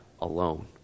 alone